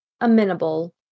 amenable